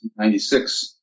1996